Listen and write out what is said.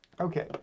Okay